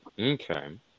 Okay